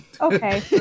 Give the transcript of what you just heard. Okay